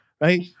right